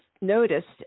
noticed